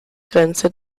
grenze